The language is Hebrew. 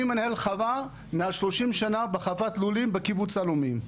אני מנהל חווה מעל 30 שנים בחוות לולים בקיבוץ עלומים.